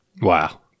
Wow